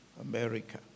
America